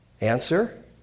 answer